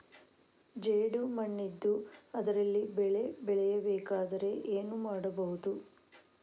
ಜೇಡು ಮಣ್ಣಿದ್ದು ಅದರಲ್ಲಿ ಬೆಳೆ ಬೆಳೆಯಬೇಕಾದರೆ ಏನು ಮಾಡ್ಬಹುದು?